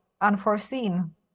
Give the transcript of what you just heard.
unforeseen